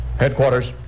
Headquarters